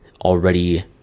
already